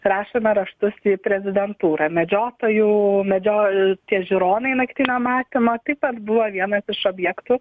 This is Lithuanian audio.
rašome raštus į prezidentūrą medžiotojų medžioja tie žiūronai naktinio matymo taip pat buvo vienas iš objektų